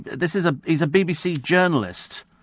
this is ah he's a bbc journalist.